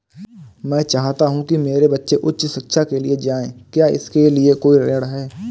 मैं चाहता हूँ कि मेरे बच्चे उच्च शिक्षा के लिए जाएं क्या इसके लिए कोई ऋण है?